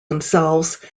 themselves